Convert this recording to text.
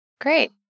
Great